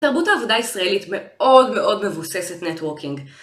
תרבות העבודה הישראלית מאוד מאוד מבוססת נטוורקינג.